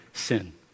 sin